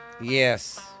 Yes